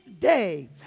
day